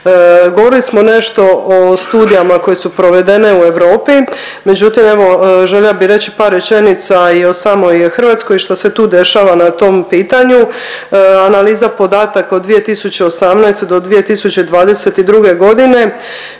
Govorili smo nešto o studijama koje su provedene u Europi. Međutim, evo željela bih reći par rečenica i o samoj Hrvatskoj što se tu dešava na tom pitanju. Analiza podataka u 2018. do 2022. godine